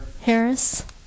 Harris